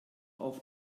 auf